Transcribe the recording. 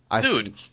Dude